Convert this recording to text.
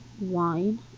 wine